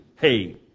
hey